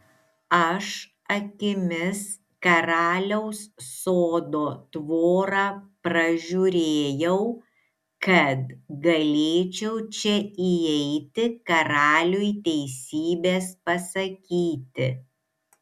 aš akimis karaliaus sodo tvorą pražiūrėjau kad galėčiau čia įeiti karaliui teisybės pasakyti